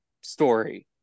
story